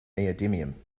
neodymium